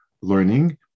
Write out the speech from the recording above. learning